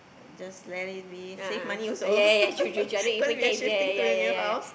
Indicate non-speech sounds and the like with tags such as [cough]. just let it be save money also [laughs] cause we are shifting to a new house